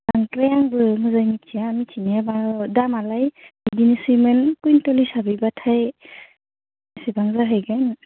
बांद्राय आंबो मोजाङै मिथिया मिथिनाया दामआलाय बिदिनोसैमोन कुविन्टेल हिसाबैबाथाय बेसेबां जाहैगोन